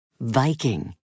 Viking